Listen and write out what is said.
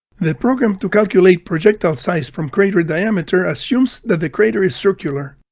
the program to calculate projectile size from crater diameter assumes that the crater is circular.